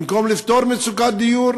במקום לפתור מצוקת דיור,